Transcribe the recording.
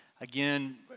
Again